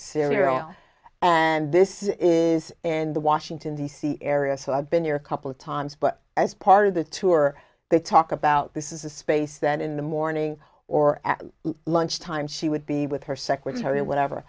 serial and this is and the washington d c area so i've been your couple of times but as part of the tour they talk about this is a space that in the morning or at lunch time she would be with her secretary whatever